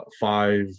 five